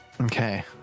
Okay